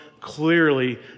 clearly